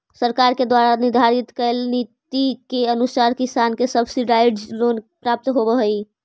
सरकार के द्वारा निर्धारित कैल नीति के अनुसार किसान के सब्सिडाइज्ड लोन प्राप्त होवऽ हइ